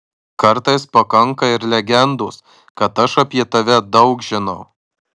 kartais pakanka ir legendos kad aš apie tave daug žinau